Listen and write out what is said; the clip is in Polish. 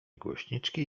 głośniczki